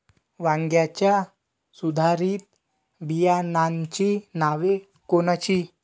वांग्याच्या सुधारित बियाणांची नावे कोनची?